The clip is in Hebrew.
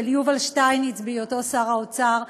של יובל שטייניץ בהיותו שר האוצר,